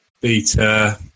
beta